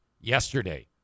yesterday